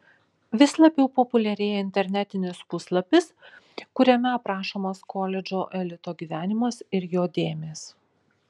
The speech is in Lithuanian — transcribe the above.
vis labiau populiarėja internetinis puslapis kuriame aprašomas koledžo elito gyvenimas ir jo dėmės